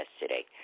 yesterday